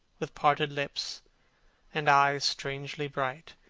with parted lips and eyes strangely bright.